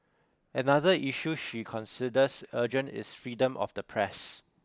another issue she considers urgent is freedom of the press